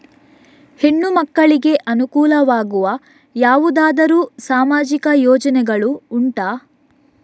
ಹೆಣ್ಣು ಮಕ್ಕಳಿಗೆ ಅನುಕೂಲವಾಗುವ ಯಾವುದಾದರೂ ಸಾಮಾಜಿಕ ಯೋಜನೆಗಳು ಉಂಟಾ?